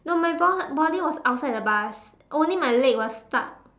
no my bo~ body was outside the bus only my leg was stuck